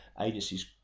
agencies